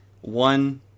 one